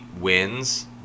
wins